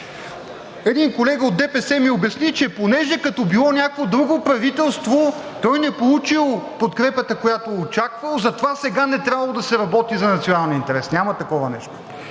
Един колега от ДПС ми обясни, че понеже като било някакво друго правителство, той не получил подкрепата, която очаквал, затова сега не трябвало да се работи за националния интерес. Няма такова нещо.